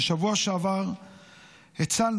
בשבוע שעבר הצלחנו,